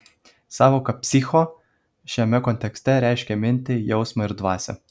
sąvoka psicho šiame kontekste reiškia mintį jausmą ir dvasią